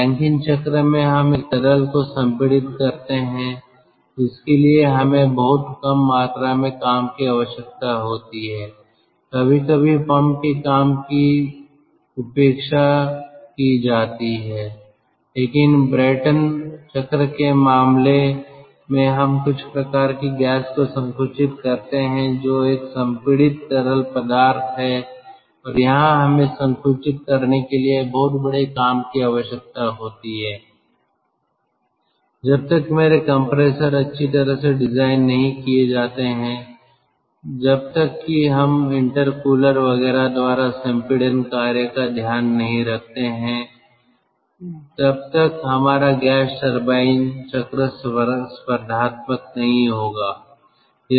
Rankine चक्र में हम एक तरल को संपीड़ित करते हैं जिसके लिए हमें बहुत कम मात्रा में काम की आवश्यकता होती है कभी कभी पंप के काम की भी उपेक्षा की जाती है लेकिन ब्रेटन चक्र के मामले में हम कुछ प्रकार की गैस को संकुचित करते हैं जो एक संपीड़ित तरल पदार्थ है और यहां हमें संकुचित करने के लिए बहुत बड़े काम की आवश्यकता होती है जब तक मेरे कंप्रेसर अच्छी तरह से डिज़ाइन नहीं किए जाते हैं जब तक कि हम इंटरकूलर वगैरह द्वारा संपीड़न कार्य का ध्यान नहीं रखते हैं तब तक हमारा गैस टरबाइन चक्र स्पर्धात्मक नहीं होगा